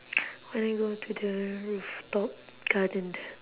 when I go to the rooftop garden